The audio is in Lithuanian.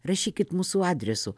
rašykit mūsų adresu